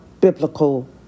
biblical